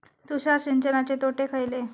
तुषार सिंचनाचे तोटे खयले?